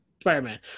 Spider-Man